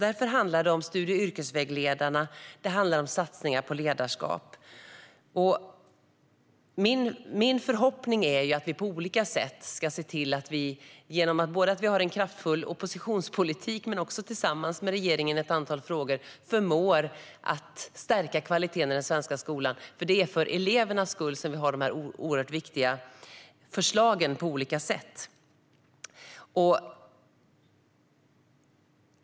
Därför handlar det om studie och yrkesvägledarna och om satsningar på ledarskap. Min förhoppning är att vi på olika sätt - både genom en kraftfull oppositionspolitik och, i ett antal frågor, tillsammans med regeringen - ska se till att vi förmår att stärka kvaliteten i den svenska skolan. Det är för elevernas skull som vi har dessa oerhört viktiga förslag på olika sätt att göra det.